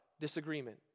disagreement